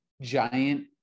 giant